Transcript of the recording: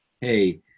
hey